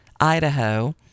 Idaho